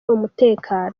umutekano